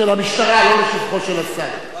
תפסו אותם?